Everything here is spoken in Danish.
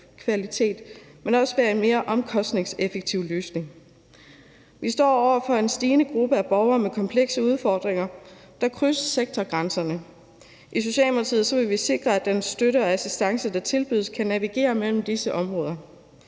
men også være en mere omkostningseffektiv løsning. Vi står over for en stigende gruppe af borgere med komplekse udfordringer, der krydser sektorgrænserne. I Socialdemokratiet vil vi sikre, at den støtte og assistance, der tilbydes, kan navigere mellem disse områder.